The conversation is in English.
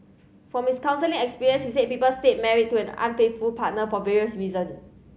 from miss counselling experience he said people stay married to an unfaithful partner for various reason